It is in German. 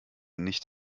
nicht